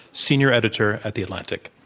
senior editor at the atlantic.